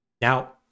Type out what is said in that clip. Now